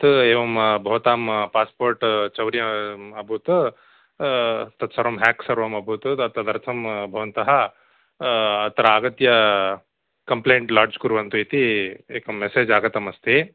यत् एवं भवतां पास्पोर्ट् चौर्यम् अभूतं तत्सर्वं हेक् सर्वम् अभूत तत् तदर्थं भवन्तः अत्र आगत्य कम्प्लैन्ट् लाड्ज् कुर्वन्तु इति एकं मेसेज् आगतम् अस्ति